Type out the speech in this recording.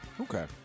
Okay